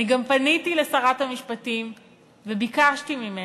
אני גם פניתי לשרת המשפטים וביקשתי ממנה,